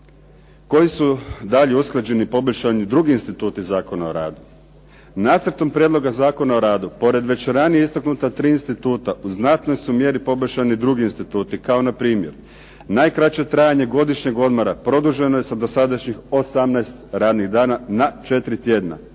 Koji su dalje usklađeni poboljšani drugi instituti Zakona o radu. Nacrtom prijedloga Zakona o radu, pored već ranije istaknuta tri instituta, u znatnoj su mjeri poboljšani drugi instituti, kao npr. najkraće trajanje godišnjeg odmora produženo je sa dosadašnjih 18 radnih dana na 4 tjedna,